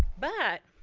but,